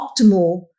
optimal